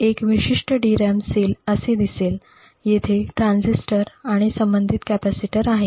एक विशिष्ट DRAM cell असे दिसेल तेथे ट्रान्झिस्टर आणि संबंधित कॅपेसिटर आहे